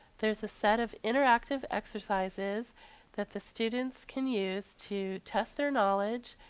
there's a set of interactive exercises that the students can use to test their knowledge,